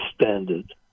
standard